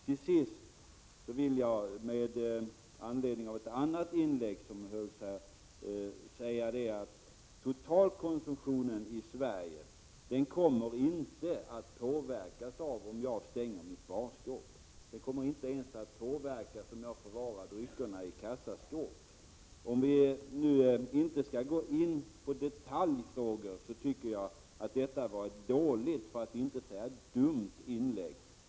Till slut vill jag, med anledning av ett annat inlägg som hölls här, säga att totalkonsumtionen i Sverige inte kommer att påverkas av om jag stänger mitt barskåp, den kommer inte att påverkas ens om jag förvarar dryckerna i kassaskåp. Om vi inte skall gå in på detaljfrågor var detta ett dåligt, för att inte säga dumt, inlägg.